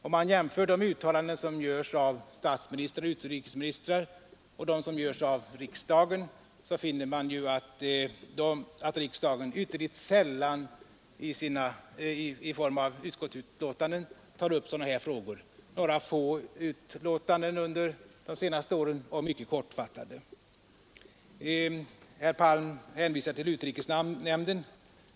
Om man jämför de uttalanden som görs av statsministrar och utrikesministrar och dem som görs av riksdagen, finner man att riksdagen ytterligt sällan i form av utskottsbetänkanden tar upp sådana här frågor. Under de senaste åren har det varit några få betänkanden och dessa har varit mycket kortfattade. Herr Palm hänvisar till utrikesnämnden.